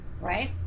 right